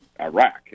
Iraq